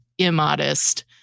immodest